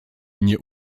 nie